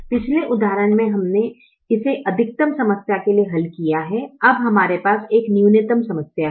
पिछले उदाहरण में हमने इसे अधिकतम समस्या के लिए हल किया है अब हमारे पास एक न्यूनतम समस्या है